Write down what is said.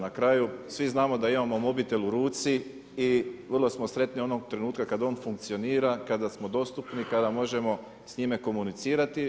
Na kraju svi znamo da imamo mobitel u ruci i vrlo smo sretni onog trenutka kad on funkcionira, kada smo dostupni, kada možemo s njime komunicirati.